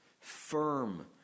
firm